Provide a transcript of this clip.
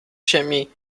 ziemi